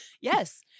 Yes